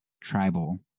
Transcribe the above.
tribal –